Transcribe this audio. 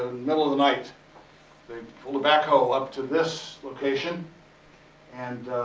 ah middle of the night they pulled a backhoe up to this location and